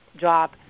job